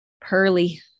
pearly